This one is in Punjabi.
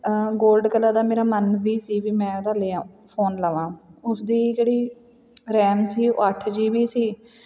ਗੋਲਡ ਕਲਰ ਦਾ ਮੇਰਾ ਮਨ ਵੀ ਸੀ ਵੀ ਮੈਂ ਉਹਦਾ ਲਿਆ ਫੋਨ ਲਵਾਂ ਉਸ ਦੀ ਜਿਹੜੀ ਰੈਮ ਸੀ ਉਹ ਅੱਠ ਜੀ ਵੀ ਸੀ